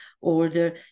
order